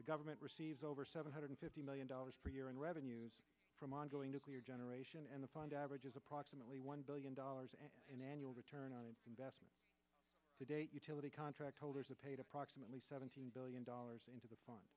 the government receives over seven hundred fifty million dollars per year in revenues from ongoing nuclear generation and the find averages approximately one billion dollars in annual return on investment to date utility contract holders and paid approximately seventeen billion dollars into the fun